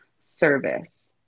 service